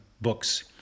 Books